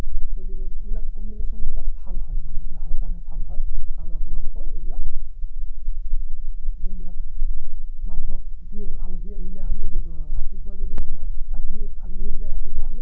গতিকে এইবিলাক কম্বিনেশ্যনবিলাক ভাল হয় মানে দেহৰ কাৰণে ভাল হয় আৰু আপোনালোকৰ এইবিলাক যোনবিলাক মানুহক দিয়ে ভাল দিয়ে যেতিয়া আমি যদি ৰাতিপুৱা যদি ৰাতি আলহী আহিলে ৰাতিপুৱা আমি